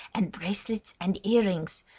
and bracelets and earrings!